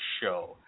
show